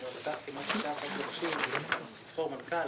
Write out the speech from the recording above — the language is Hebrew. כלומר עברו כמעט 16 חודשים בלי לבחור מנכ"ל,